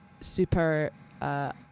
super